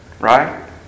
right